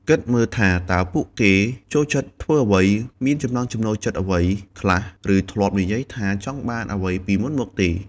គិតមើលថា តើពួកគេចូលចិត្តធ្វើអ្វី? មានចំណង់ចំណូលចិត្តអ្វីខ្លះ? ឬធ្លាប់និយាយថាចង់បានអ្វីពីមុនមកទេ?។